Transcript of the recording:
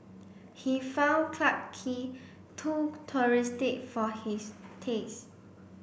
he found Clarke Quay too touristic for his taste